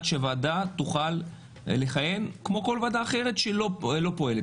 שהוועדה תוכל לכהן כמו כל ועדה אחרת שלא פועלת?